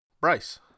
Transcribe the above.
Bryce